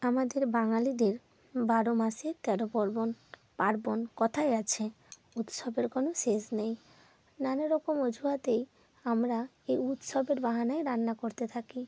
আমাদের বাঙালিদের বারো মাসে তেরো পার্বণ পার্বণ কথায় আছে উৎসবের কোনো শেষ নেই নানা রকম অজুহাতেই আমরা এই উৎসবের বাহানায় রান্না করতে থাকি